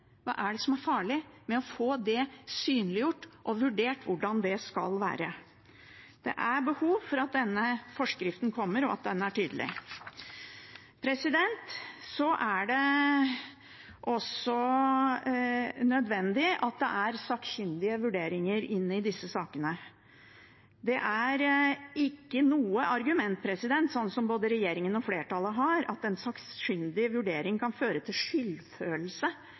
synliggjort og vurdert hvordan det skal være? Det er behov for at denne forskriften kommer, og at den er tydelig. Det er også nødvendig med sakkyndige vurderinger i disse sakene. Det er ikke noe argument, som både regjeringen og flertallet har, at en sakkyndig vurdering kan føre til skyldfølelse